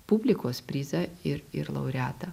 publikos prizą ir ir laureatą